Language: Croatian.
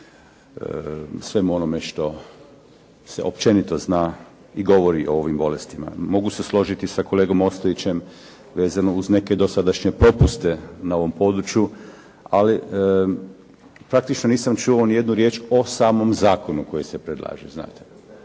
svemu onome što se općenito zna i govori o ovim bolestima. Mogu se složiti sa kolegom Ostojićem vezano uz neke dosadašnje propuste na ovom području, ali praktično nisam čuo ni jednu riječ o samom zakonu koji se predlaže znate.